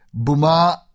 Buma